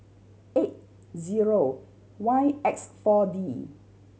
eight zero Y X Four D